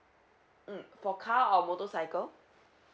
mm for car or motorcycle